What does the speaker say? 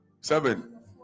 seven